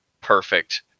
perfect